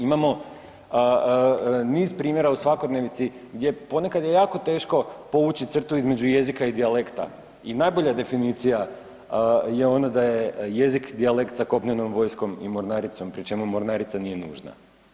Imamo niz primjera u svakodnevnici gdje ponekad je jako teško povući crtu između jezika i dijalekta i najbolja definicija je ona da je jezik dijalekt za kopnenom vojskom i mornaricom pri čemu mornarica nije nužna.